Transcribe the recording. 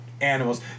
animals